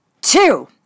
Two